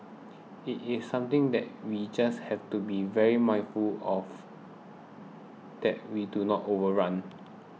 it is something that we just have to be very mindful of that we do not overrun